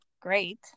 great